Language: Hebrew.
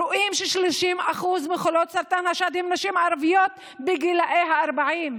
רואים ש-30% מחולות סרטן השד הן נשים ערביות בגילי ה-40,